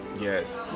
Yes